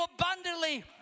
abundantly